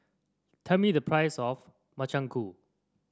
tell me the price of Makchang Gui